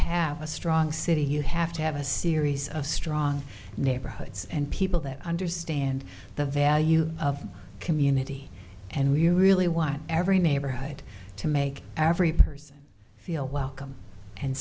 have a strong city you have to have a series of strong neighborhoods and people that understand the value community and we really want every neighborhood to make every person feel welcome and